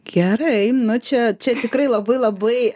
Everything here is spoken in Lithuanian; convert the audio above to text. gerai nu čia čia tikrai labai labai